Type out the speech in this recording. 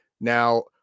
Now